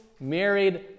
married